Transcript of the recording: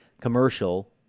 commercial